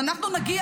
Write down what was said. ואנחנו נגיע